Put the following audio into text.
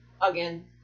again